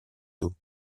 του